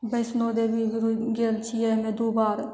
वैष्णो देवी गेल छियै हमे दू बार